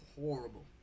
horrible